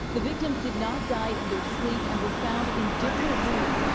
the victims did not die in their sleep and were found in different rooms.